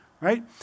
right